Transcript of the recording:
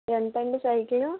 ఎంతండీ cycle